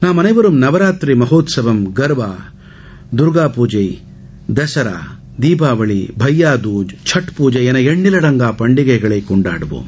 நாம் அனைவரும் நவராத்திரி மஹோ உற்சவம் கர்பா தர்கா பூஜை தசரா தீபாவளி பையா துஜ் சட்பூஜை எள எண்ணில் பண்டிகைகளை கொண்டாடுவோம்